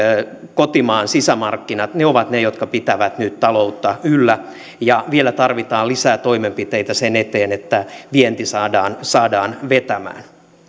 kotimaan sisämarkkinat ovat ne jotka pitävät nyt taloutta yllä ja vielä tarvitaan lisää toimenpiteitä sen eteen että vienti saadaan saadaan vetämään